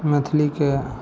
मैथिलीके